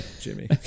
Jimmy